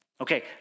Okay